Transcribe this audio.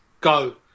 go